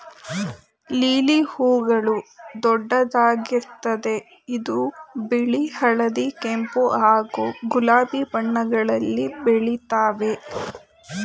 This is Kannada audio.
ಲಿಲಿ ಹೂಗಳು ದೊಡ್ಡದಾಗಿರ್ತದೆ ಇದು ಬಿಳಿ ಹಳದಿ ಕೆಂಪು ಹಾಗೂ ಗುಲಾಬಿ ಬಣ್ಣಗಳಲ್ಲಿ ಬೆಳಿತಾವೆ